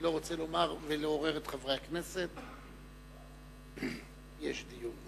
אני לא רוצה לומר ולעורר את חברי הכנסת, יש דיון.